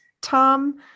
Tom